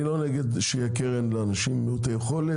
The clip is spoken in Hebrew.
אני לא נגד שתהיה קרן לאנשים מעוטי יכולת,